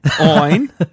Oin